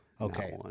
Okay